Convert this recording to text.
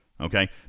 Okay